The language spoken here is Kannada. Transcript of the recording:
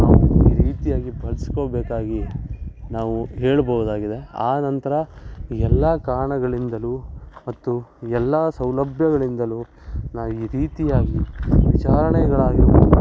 ನಾವು ಈ ರೀತಿಯಾಗಿ ಬಳಸ್ಕೋಬೇಕಾಗಿ ನಾವು ಹೇಳಬಹುದಾಗಿದೆ ಆನಂತರ ಈ ಎಲ್ಲ ಕಾರಣಗಳಿಂದಲೂ ಮತ್ತು ಎಲ್ಲ ಸೌಲಭ್ಯಗಳಿಂದಲೂ ನಾವು ಈ ರೀತಿಯಾಗಿ ವಿಚಾರಣೆಗಳಾಗಿರಬಹುದು